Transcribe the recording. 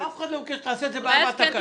אף אחד לא ביקש שתעשה את זה ברמת התקנות.